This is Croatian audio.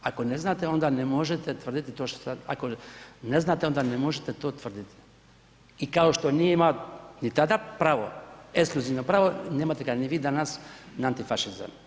Ako ne znate, onda ne možete tvrditi ... ako ne znate, onda ne možete to tvrditi i kao što nije imao ni tada pravo, ekskluzivno pravo, nemate ga ni vi danas na antifašizam.